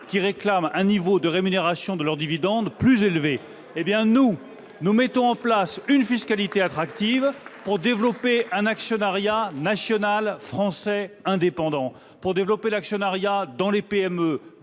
qui réclament un niveau de rémunération plus élevé. Pour notre part, nous mettons en place une fiscalité attractive pour développer un actionnariat national indépendant, pour développer l'actionnariat salarié dans les PME,